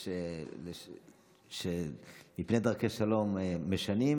יש שמפני דרכי שלום משנים,